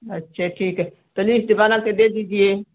अच्छा ठीक है तो लिस्ट बना के दे दीजिए